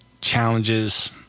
challenges